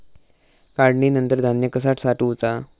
काढणीनंतर धान्य कसा साठवुचा?